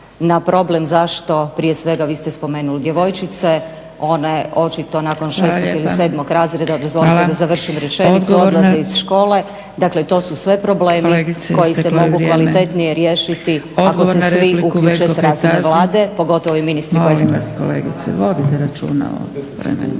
na problem zašto prije svega vi ste spomenuli djevojčice, one očito nakon 6. ili 7. razreda … /Upadica Zgrebec: Hvala lijepa./… Dozvolite da završim rečenicu, odlaze iz škole. Dakle to su sve problemi koji se mogu kvalitetnije riješiti ako se svi uključe s razine Vlade, pogotovo i ministri koje sam